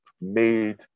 made